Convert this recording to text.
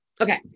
Okay